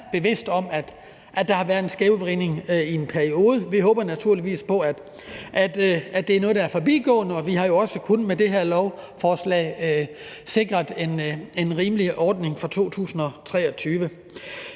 bevidst om, at der har været en skævvridning i en periode. Vi håber naturligvis på, at det er noget, der er forbigående, og vi har også kun med det her lovforslag sikret en rimelig ordning for 2023.